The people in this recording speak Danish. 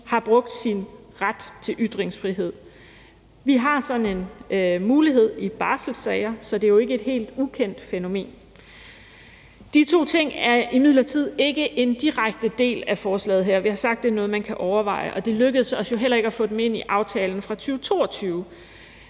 har brugt sin ret til ytringsfrihed. Vi har sådan en mulighed i barselssager, så det er jo ikke et helt ukendt fænomen. De to ting er imidlertid ikke en direkte del af forslaget her. Vi har sagt, at det er noget, man kan overveje, og det lykkedes os jo heller ikke at få dem ind i aftalen fra 2022,